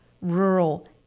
rural